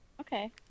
okay